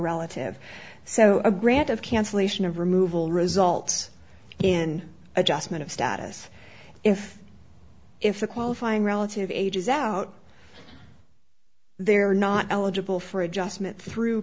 relative so a grant of cancellation of removal results in adjustment of status if if a qualifying relative ages out there are not eligible for adjustment through